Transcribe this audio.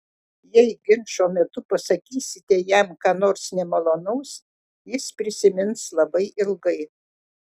jei ginčo metu pasakysite jam ką nors nemalonaus jis prisimins labai ilgai